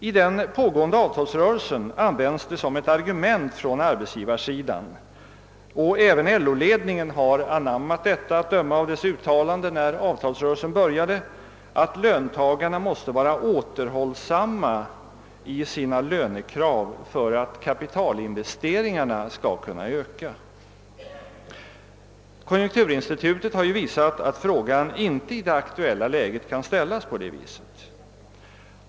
I den pågående avtalsrörelsen anger arbetsgivarna som ett argument — och även LO-ledningen har anammat det, att döma av dess uttalanden när avtalsrörelsen började — att löntagarna måste vara återhållsamma i sina lönekrav för att kapitalinvesteringarna skall kunna öka. Konjunkturinstitutet har visat, att frågan inte kan ställas på det viset i det aktuella läget.